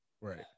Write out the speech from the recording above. Right